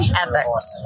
ethics